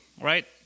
right